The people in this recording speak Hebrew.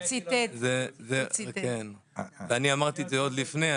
אני אמרתי את זה עוד לפני,